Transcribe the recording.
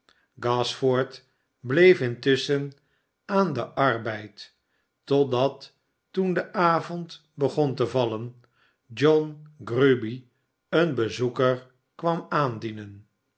gashford bleef intusschen aan den arbeid totdat toen de avond begon te vallen john grueby een bezoeker kwam aandienen